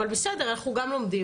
אבל בסדר, אנחנו גם לומדים.